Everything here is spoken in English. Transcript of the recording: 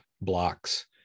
blocks